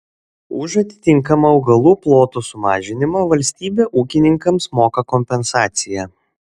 už atitinkamą augalų plotų sumažinimą valstybė ūkininkams moka kompensaciją